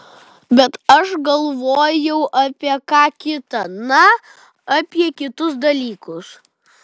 bet aš galvojau apie ką kita na apie kitus dalykus